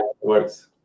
works